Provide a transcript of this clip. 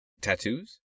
Tattoos